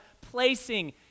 placing